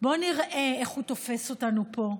בואו נראה איך הוא תופס אותנו פה,